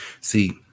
See